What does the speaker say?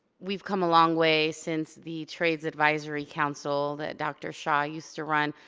we've come a long ways since the trades advisory council that dr. shaw used to run.